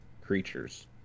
creatures